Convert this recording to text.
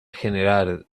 general